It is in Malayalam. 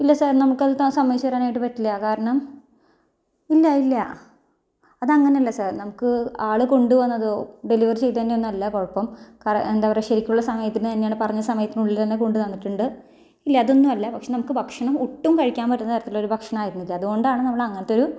ഇല്ല സാർ നമുക്കത് സമ്മതിച്ചു തരാനായിട്ട് പറ്റില്ല കാരണം ഇല്ല ഇല്ല അതങ്ങനല്ല സാർ നമുക്ക് ആള് കൊണ്ട് വന്നതോ ഡെലിവർ ചെയ്തതിൻ്റെ ഒന്നുമല്ല കുഴപ്പം കാര എന്താ പറയുക ശരിക്കുമുള്ള സമയത്തിന് തന്നെയാണ് പറഞ്ഞ സമയത്തിന് തന്നെയാണ് പറഞ്ഞ സമയത്തിനുള്ളില് തന്നെ കൊണ്ട് വന്നിട്ടുണ്ട് ഇല്ല അതൊന്നുവല്ല പക്ഷേ ഭക്ഷണം ഒട്ടും കഴിക്കാൻ പറ്റുന്ന തരത്തിലൊരു ഭക്ഷണം ആയിരുന്നില്ല അതുകൊണ്ടാണ് നമ്മള് അങ്ങനത്തെ ഒരു